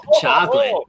chocolate